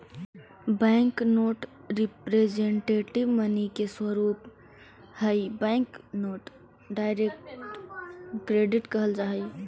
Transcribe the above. bank note representative money के स्वरूप हई बैंक नोट डायरेक्ट क्रेडिट कहल जा हई